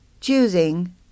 choosing